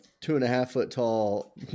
two-and-a-half-foot-tall